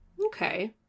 okay